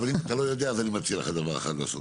אבל אם אתה לא יודע אז אני מציע לך דבר אחד לעשות.